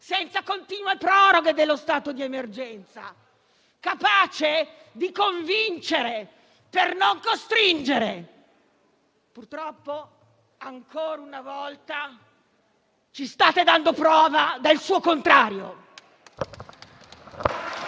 senza continue proroghe dello stato di emergenza, capace di "convincere" per "non costringere". Purtroppo, ancora una volta, ci state dando prova del suo contrario.